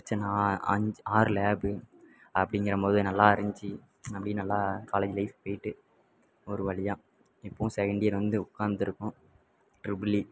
மிச்சம் நா அஞ் ஆறு லேபு அப்படிங்கிறம்போது நல்லா இருந்துச்சி அப்படியே நல்லா காலேஜ் லைஃப் போய்விட்டு ஒரு வழியா இப்போது செகண்ட் இயர் வந்து உட்காந்துருக்கோம் ட்ரிபிள் இ